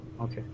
okay